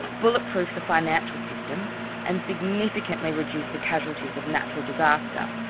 bulletproof the financial system and significantly reduce the casualties of natural disaster.